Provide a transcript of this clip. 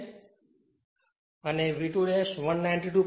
છે અને V2 192